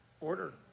order